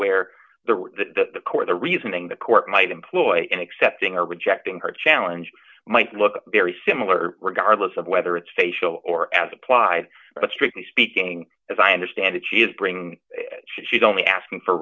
where the court the reasoning the court might employ in accepting or rejecting her challenge might look very similar regardless of whether it's facial or as applied but strictly speaking as i understand it she is bringing she'd only asking for